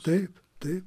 taip taip